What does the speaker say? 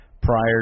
prior